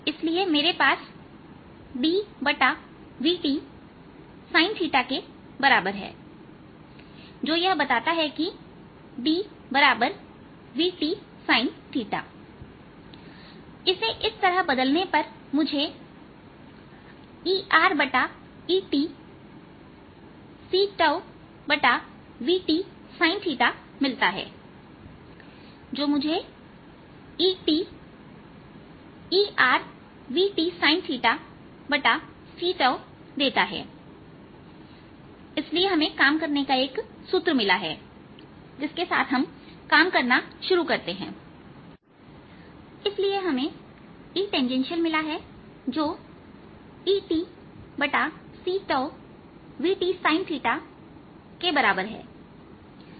इसलिए मेरे पास dvt sinθ के बराबर है जो यह बताता है कि d vtsinθ इसे इस तरह बदलने पर मुझे ErEtc𝝉vt sin θमिलता है जो मुझे EtErvt sinθc𝝉 देता है इसलिए हमें एक काम करने का सूत्र मिला है जिसके साथ हम काम करना शुरू करते हैं इसलिए हमें E t मिला है जो Er vt sincके बराबर है